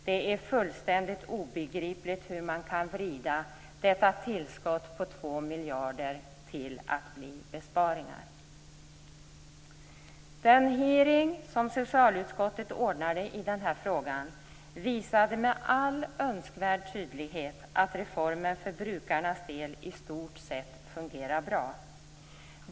Det är fullständigt obegripligt hur man kan vrida detta tillskott på 2 miljarder till att bli besparingar. Den hearing som socialutskottet ordnade i denna fråga visade med all önskvärd tydlighet att reformen för brukarnas del i stort sett fungerar bra.